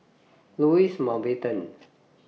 Louis Mountbatten